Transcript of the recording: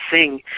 sing